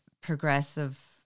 progressive